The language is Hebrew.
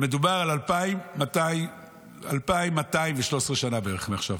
מדובר על בערך 2,213 שנה מעכשיו.